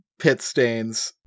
Pitstains